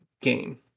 game